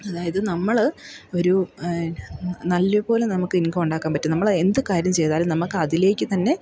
അതായത് നമ്മൾ ഒരു നല്ലതുപോലെ നമുക്ക് ഇൻകം ഉണ്ടാക്കാൻ പറ്റും നമ്മൾ എന്ത് കാര്യം ചെയ്താലും നമുക്ക് അതിലേക്ക് തന്നെ